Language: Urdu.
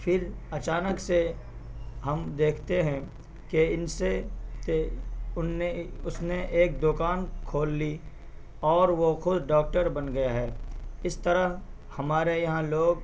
پھر اچانک سے ہم دیکھتے ہیں کہ ان سے ان نے اس نے ایک دکان کھول لی اور وہ خود ڈاکٹر بن گیا ہے اس طرح ہمارے یہاں لوگ